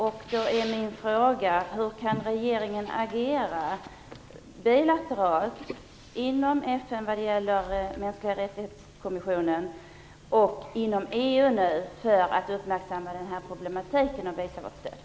Min fråga är då: Hur kan regeringen agera - bilateralt, inom FN när det gäller mänskligarättighets-konventionen och inom EU - för att fästa uppmärksamheten på problematiken och visa vårt stöd?